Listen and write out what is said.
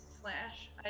slash